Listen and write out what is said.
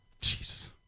Jesus